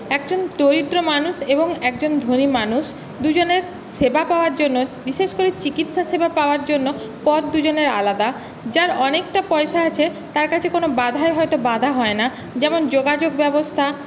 একজন দরিদ্র মানুষ এবং একজন ধনী মানুষ দুজনের সেবা পাওয়ার জন্য বিশেষ করে চিকিৎসা সেবা পাওয়ার জন্য পথ দুজনের আলাদা যার অনেকটা পয়সা আছে তার কাছে কোনও বাঁধাই হয়তো বাঁধা হয় না যেমন যোগাযোগ ব্যবস্থা